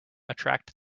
attract